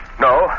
No